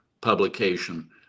publication